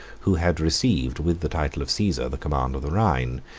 who had received with the title of caesar the command of the rhine,